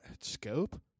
Scope